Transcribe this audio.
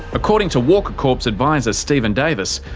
according to walker corp's adviser stephen davis,